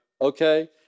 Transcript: okay